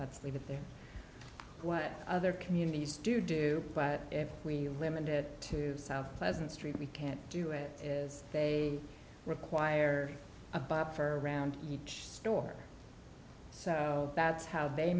let's leave it there what other communities do do but if we limit it to south pleasant street we can't do it is they require a buffer around each store so that's how they